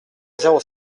zéro